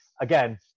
Again